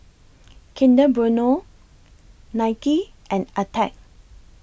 Kinder Bueno Nike and Attack